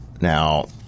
Now